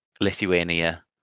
Lithuania